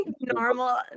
normal